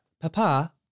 Papa